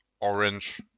orange